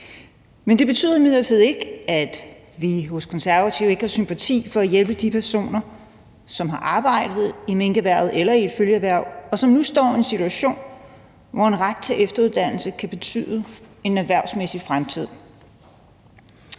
men det betyder imidlertid ikke, at vi i Konservative ikke har sympati for og vil hjælpe de personer, som har arbejdet i minkerhvervet eller i et følgeerhverv, og som nu står i en situation, hvor en ret til efteruddannelse kan betyde en erhvervsmæssig fremtid.